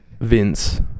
Vince